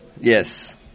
yes